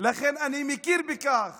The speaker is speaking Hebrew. לכן אני מכיר בכך